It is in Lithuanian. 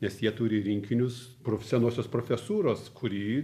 nes jie turi rinkinius prof senosios profesūros kuri